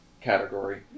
category